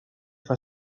fue